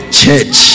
church